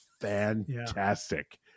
Fantastic